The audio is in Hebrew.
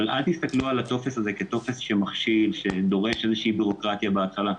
אבל אל תסתכלו על הטופס הזה כטופס מכשיל ודורש בירוקרטיה בהתחלה.